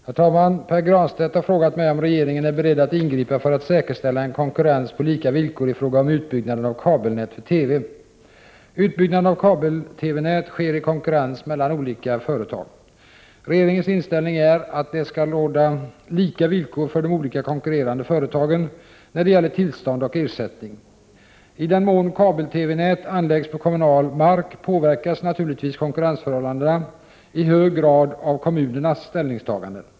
Herr talman! Pär Granstedt har frågat mig om regeringen är beredd att ingripa för att säkerställa en konkurrens på lika villkor i fråga om utbyggnaden av kabelnät för TV. Utbyggnaden av kabel-TV-nät sker i konkurrens mellan olika företag. Regeringens inställning är att det skall råda lika villkor för de olika konkurrerande företagen när det gäller tillstånd och ersättning. I den mån kabel-TV-nät anläggs på kommunal mark påverkas naturligtvis konkurrensförhållandena i hög grad av kommunernas ställningstaganden.